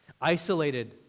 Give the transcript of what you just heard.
isolated